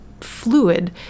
fluid